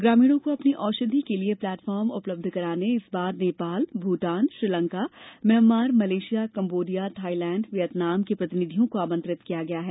ग्रामीणों को अपनी औषधि के लिए प्लेटफार्म उपलब्ध कराने इस बार Nepal Bhutan Sri Lanka Myanmar Malaysia Cambodia Thailand Vietnam के प्रतिनिधियों को आमंत्रित किया गया है